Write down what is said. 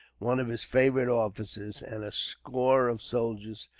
one of his favourite officers, and a score of soldiers.